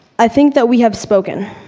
i think that we have spoken,